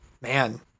man